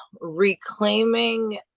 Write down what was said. reclaiming